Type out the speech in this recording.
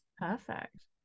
Perfect